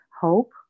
hope